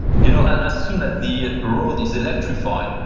you know, as soon ah the road is electrified,